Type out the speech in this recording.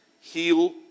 heal